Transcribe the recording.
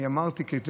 אני אמרתי את זה,